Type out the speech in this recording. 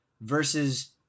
versus